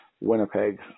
Winnipeg